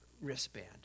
wristband